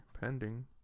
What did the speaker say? pending